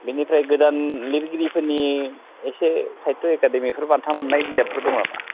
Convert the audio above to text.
बेनिफ्राय गोदान लिरगिरिफोरनि एसे साहित्य' एकादेमिफोर बान्था मोननाय बिजाबफोर दं नामा